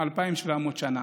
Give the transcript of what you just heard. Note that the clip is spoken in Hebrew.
2,700 שנה,